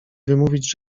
wymówić